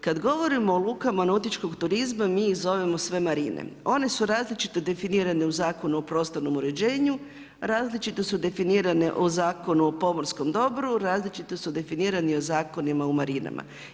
kad govorimo o lukama nautičkog turizma mi ih zovemo sve marine, one su različito definirane u Zakonu o prostornom uređenju, različito su definirane u Zakonu o pomorskom domu, različito su definirani u zakonima o marinama.